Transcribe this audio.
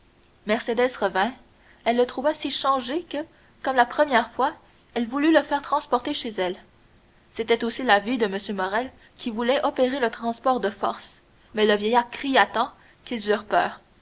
mercédès revint elle le trouva si changé que comme la première fois elle voulut le faire transporter chez elle c'était aussi l'avis de m morrel qui voulait opérer le transport de force mais le vieillard cria tant qu'ils eurent peur